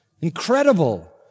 incredible